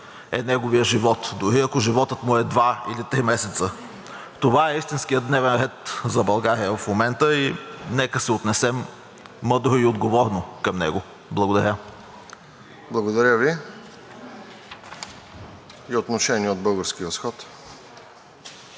е неговият живот, дори ако животът му е два или три месеца. Това е истинският дневен ред за България в момента и нека се отнесем мъдро и отговорно към него. Благодаря. ПРЕДСЕДАТЕЛ РОСЕН ЖЕЛЯЗКОВ: Благодаря